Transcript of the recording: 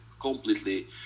completely